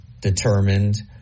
determined